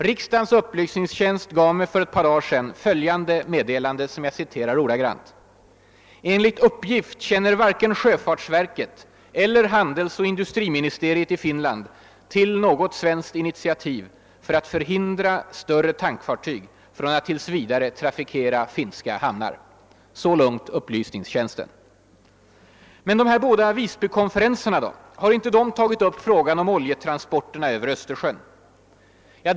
Riksdagens upplysningstjänst gav mig för ett par dagar sedan följande meddelande: »Enligt uppgift känner varken sjöfartsverket eller handelsoch industriministeriet i Finland till något svenskt initiativ för att förhindra större tankfartyg från att tills vidare trafikera finska hamnar.» Men de här båda Visbykonferenserna, har inte de tagit upp frågan om oljetransporterna över Östersjön?